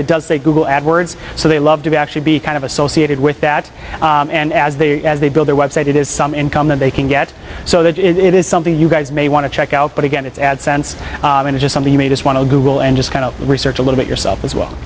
it does say google ad words so they love to actually be kind of associated with that and as they as they build their web site it is some income that they can get so that it is something you guys may want to check out but again it's ad sense and just something you may just want to google and just kind of research a little bit yourself as well